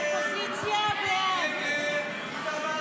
ההסתייגויות לסעיף 07 בדבר